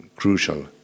crucial